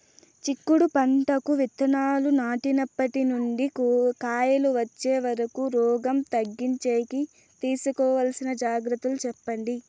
చిక్కుడు పంటకు విత్తనాలు నాటినప్పటి నుండి కాయలు వచ్చే వరకు రోగం తగ్గించేకి తీసుకోవాల్సిన జాగ్రత్తలు చెప్పండి?